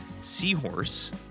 seahorse